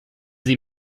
sie